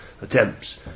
Attempts